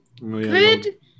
Good